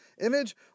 Image